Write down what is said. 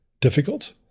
difficult